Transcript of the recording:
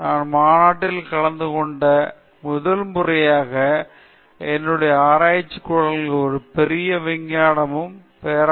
நான் மாநாட்டில் கலந்துகொண்ட முதல் முறையாக என்னுடைய ஆராய்ச்சிக் கூடங்களிலும் ஒரு பெரிய விஞ்ஞானியுடனும் பேராசிரியர்களுடனும் சந்திக்க முடிந்தது